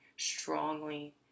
strongly